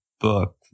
book